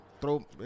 throw